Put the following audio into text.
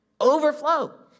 overflow